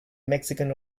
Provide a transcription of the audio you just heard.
mexican